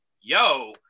yo